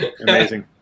Amazing